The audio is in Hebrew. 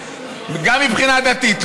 גם מבחינה דתית,